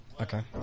Okay